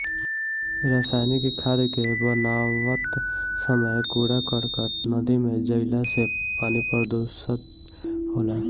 रासायनिक खाद के बनावत समय कूड़ा करकट नदी में जईला से पानी प्रदूषित होला